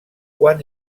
quan